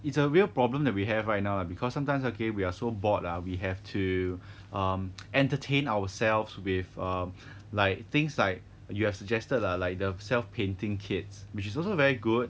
it's a real problem that we have right now because sometimes okay we're so bored ah we have to entertain ourselves with um like things like you have suggested lah like the self painting kits which is also very good